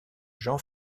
jean